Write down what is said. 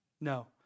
No